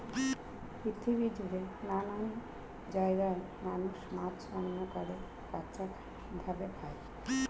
পৃথিবী জুড়ে নানান জায়গায় মানুষ মাছ রান্না করে, কাঁচা ভাবে খায়